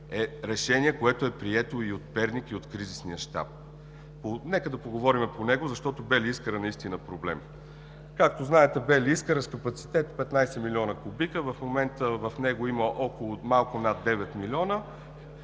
е решение, прието и от Перник, и от кризисния щаб. Нека да поговорим по него, защото „Бели Искър“ е наистина проблем. Както знаете, „Бели Искър“ е с капацитет 15 милиона кубика, а в момента в него има малко над 9 милиона,